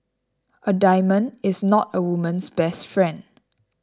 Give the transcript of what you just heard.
a diamond is not a woman's best friend